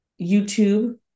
YouTube